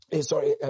Sorry